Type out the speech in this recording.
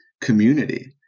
community